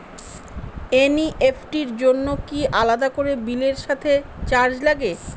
NEFT র জন্য কি আলাদা করে বিলের সাথে চার্জ লাগে?